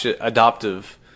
adoptive